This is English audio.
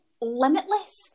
limitless